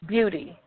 Beauty